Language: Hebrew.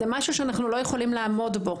זה משהו שאנו לא יכולים לעמוד בו.